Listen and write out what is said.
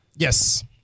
Yes